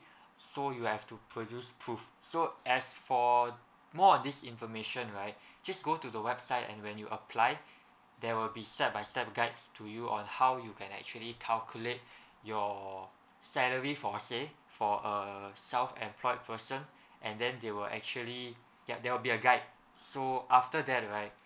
so you have to produce proof so as for more on this information right just go to the website and when you apply there will be step by step guide to you on how you can actually calculate your salary for say for a self employed person and then they will actually there there will be a guide so after that right